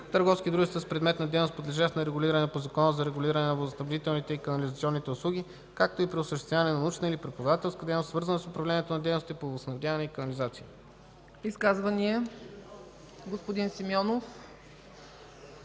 търговски дружества с предмет на дейност, подлежащ на регулиране по Закона за регулиране на водоснабдителните и канализационните услуги, както и при осъществяване на научна или преподавателска дейност, свързана с управлението на дейностите по водоснабдяване и канализация.” ПРЕДСЕДАТЕЛ